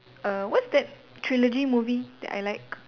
err what's that trilogy movie that I like